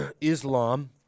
Islam